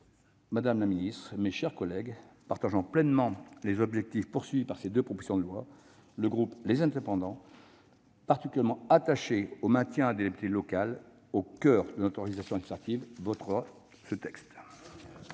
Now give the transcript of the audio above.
Madame la ministre, mes chers collègues, partageant pleinement les objectifs visés par ces deux propositions de loi, le groupe Les Indépendants, particulièrement attaché au maintien des libertés locales au coeur de notre organisation administrative, votera ces textes.